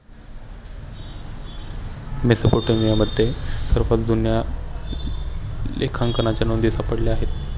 मेसोपोटेमियामध्ये सर्वात जुन्या लेखांकनाच्या नोंदी सापडल्या आहेत